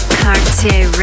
cartier